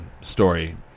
story